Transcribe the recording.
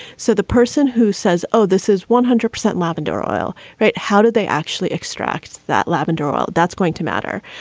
so the person who says, oh, this is one hundred percent lavender oil. right. how did they actually extract that lavender oil? that's going to matter.